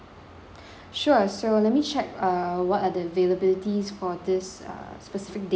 sure so let me check uh what are the availabilities for this uh specific date